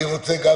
אני רוצה גם